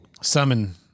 summon